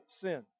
sin